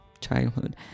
childhood